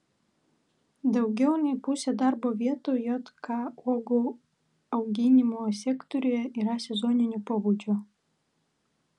daugiau nei pusė darbo vietų jk uogų auginimo sektoriuje yra sezoninio pobūdžio